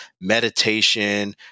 meditation